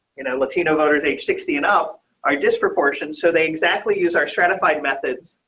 you know latino voters age sixty and out or disproportion so they exactly us are stratified methods.